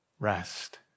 Rest